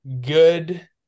good